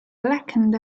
blackened